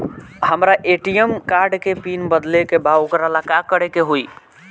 हमरा ATM card के pin बदले के बा वोकरा ला का करे के होई?